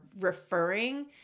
referring